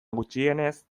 gutxienez